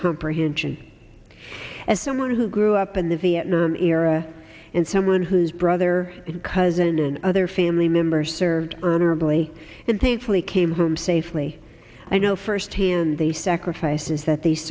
comprehension as someone who grew up in the vietnam era and someone whose brother and cousin and other family members served honorably and painfully came home safely i know firsthand the sacrifices that these